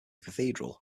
cathedral